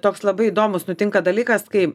toks labai įdomūs nutinka dalykas kai